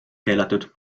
keelatud